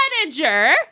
manager